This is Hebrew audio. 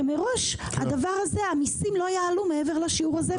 מראש המסים לא יעלו מעבר לשיעור הזה,